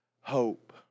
hope